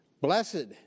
Blessed